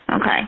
Okay